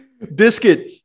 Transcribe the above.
Biscuit